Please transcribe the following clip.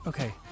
Okay